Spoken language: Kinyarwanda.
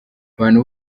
abantu